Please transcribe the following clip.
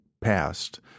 past